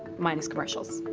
minus commercials.